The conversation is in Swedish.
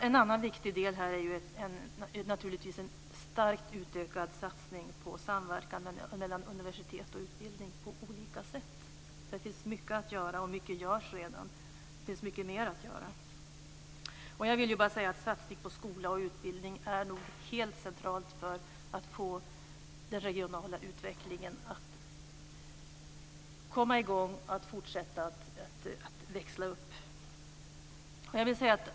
En annan viktig insats är den starkt utökade satsningen på olika former av samverkan mellan universitet och andra utbildningsanordnare. Det görs redan mycket på detta område, och det finns mycket mer att göra. En satsning på skola och utbildning är helt central för att få den regionala utvecklingen att växla upp ytterligare.